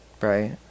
Right